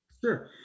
Sure